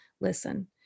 listen